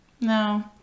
No